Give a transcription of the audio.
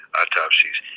autopsies